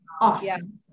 awesome